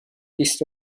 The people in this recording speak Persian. بیست